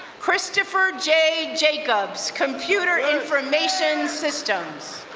christopher jay jacobs, computer information systems.